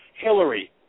Hillary